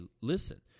listen